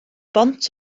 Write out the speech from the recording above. bont